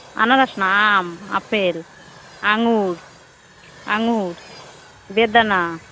আনারস না আম আপেল আঙুর আঙুর বেদানা